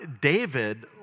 David